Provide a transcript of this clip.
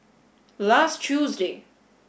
last Tuesday